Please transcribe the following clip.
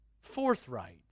Forthright